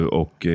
och